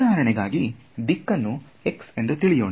ಉದಾಹರಣೆಗಾಗಿ ದಿಕ್ಕನ್ನು x ಎಂದು ತಿಳಿಯೋಣ